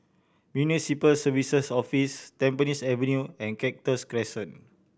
Municipal Services Office Tampines Avenue and Cactus Crescent